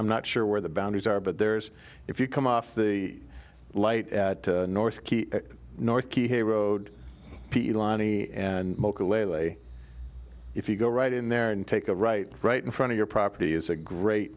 i'm not sure where the boundaries are but there's if you come off the light at north north key here road lonnie and if you go right in there and take a right right in front of your property is a great